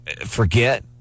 forget